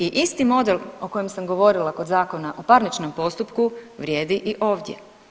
I isti model o kojem sam govorila kod Zakona o parničkom postupku vrijedi i ovdje.